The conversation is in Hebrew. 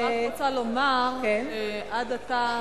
אני רוצה לומר שעד עתה,